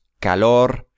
calor